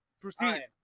Proceed